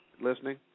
listening